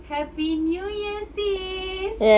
happy new year sis